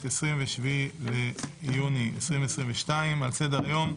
27 ביוני 2022. על סדר-היום: